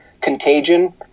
contagion